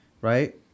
right